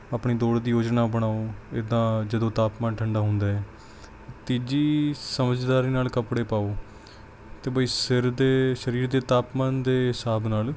ਆਪਣੀ ਦੌੜ ਦੀ ਯੋਜਨਾ ਬਣਾਓ ਇੱਦਾਂ ਜਦੋਂ ਤਾਪਮਾਨ ਠੰਢਾ ਹੁੰਦਾ ਹੈ ਤੀਜੀ ਸਮਝਦਾਰੀ ਨਾਲ ਕੱਪੜੇ ਪਾਓ ਅਤੇ ਬਈ ਸਿਰ ਦੇ ਸਰੀਰ ਦੇ ਤਾਪਮਾਨ ਦੇ ਹਿਸਾਬ ਨਾਲ